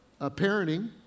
parenting